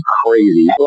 crazy